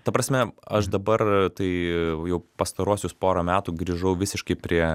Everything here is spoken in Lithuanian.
ta prasme aš dabar tai jau pastaruosius porą metų grįžau visiškai prie